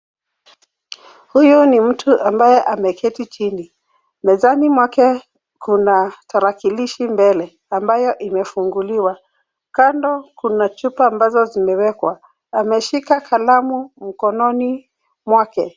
Huyu ni mtu amabaye ameketi chini .Mezani mwake kuna tarakilishi mbele ambayo imefuguliwa kando kuna chupa ambazo zimewekwa, ameshika kalamu mkonononi mwake.